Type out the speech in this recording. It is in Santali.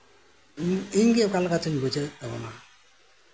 ᱤᱧ ᱜᱮ ᱚᱠᱟ ᱞᱮᱠᱟ ᱪᱚᱝ ᱵᱩᱡᱷᱟᱹᱣ ᱮᱫ ᱛᱟᱵᱳᱱᱟ